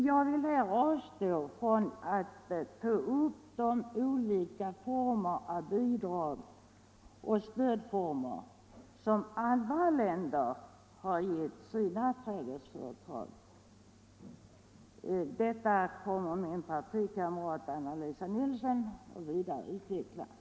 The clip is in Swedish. Jag skall avstå från att här ta upp de olika former av bidrag och stöd som andra länder har givit sina växthusföretag. Detta kommer min partikamrat Anna-Lisa Nilsson att vidare utveckla.